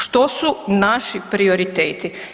Što su naši prioriteti?